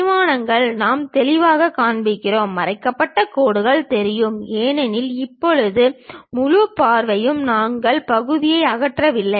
பரிமாணங்களை நாம் தெளிவாகக் காண்பிப்போம் மறைக்கப்பட்ட கோடுகள் தெரியும் ஏனெனில் இப்போது முதல் பார்வையில் நாங்கள் பகுதியை அகற்றவில்லை